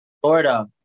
Florida